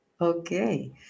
Okay